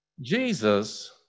Jesus